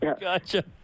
Gotcha